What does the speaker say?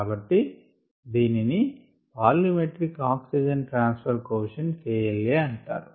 కాబట్టి దీనిని volumetric oxygen transfer coefficient KLa అంటారు